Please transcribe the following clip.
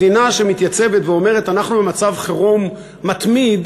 מדינה שמתייצבת ואומרת: אנחנו במצב חירום מתמיד,